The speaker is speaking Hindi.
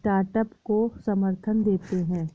स्टार्टअप को समर्थन देते हैं